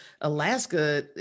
Alaska